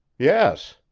yes.